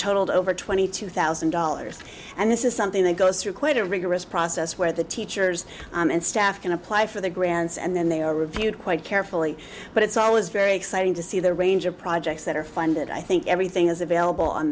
totaled over twenty two thousand dollars and this is something that goes through quite a rigorous process where the teachers and staff can apply for the grants and then they are reviewed quite carefully but it's always very exciting to see the range of projects that are funded i think everything is available on